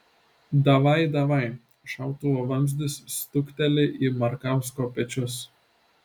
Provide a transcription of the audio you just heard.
davaj davaj šautuvo vamzdis stukteli į markausko pečius